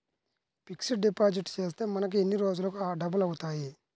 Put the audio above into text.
Fixed deposit చేస్తే మనకు ఎన్ని రోజులకు డబల్ అవుతాయి?